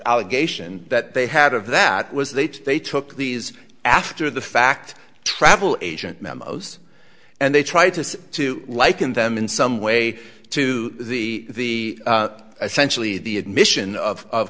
allegation that they had of that was that they took these after the fact travel agent memos and they tried to to liken them in some way to the essentially the admission of